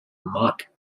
mock